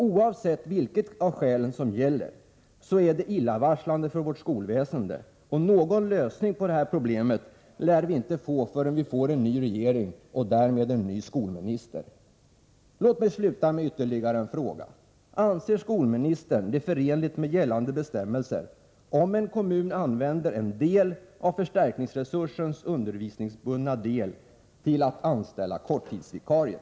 Oavsett vilket av skälen som gäller är det illavarslande för skolväsendet, och någon lösning på problemet lär vi inte få förrän vi får en ny regering och därmed en ny skolminister. Låt mig sluta med ytterligare en fråga: Anser skolministern det vara förenligt med gällande bestämmelser att man i en kommun använder en del av förstärkningsresursens undervisningsbundna del till att anställa korttidsvikarier?